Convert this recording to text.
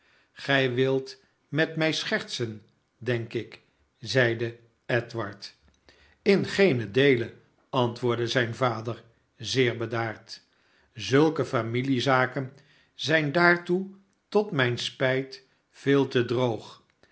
gij wilt met mij schertsen denk ik zeide edward in geenen deele antwoordde zijn vader zeer bedaard zulke familiezaken zijn daartoe tot mijn spijt veel te droog